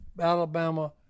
Alabama